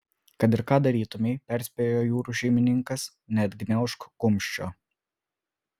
kad ir ką darytumei perspėjo jūrų šeimininkas neatgniaužk kumščio